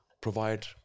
provide